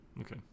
okay